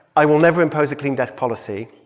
i will never impose a clean desk policy.